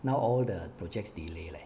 now all the projects delay leh